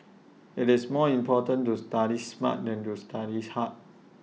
IT is more important to study smart than to studies hard